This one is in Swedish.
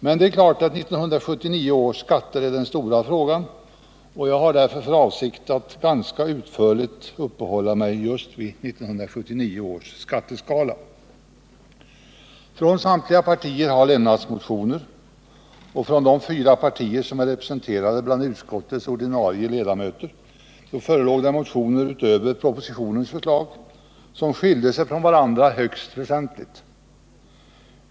Men det är klart att 1979 års skatter är den stora frågan, och jag har därför för avsikt att ganska utförligt uppehålla Torsdagen den Från samtliga partier har lämnats motioner, och från de fyra partier som är —— LL propositionens förslag som skilde sig från varandra högst väsentligt.